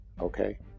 okay